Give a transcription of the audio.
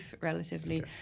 relatively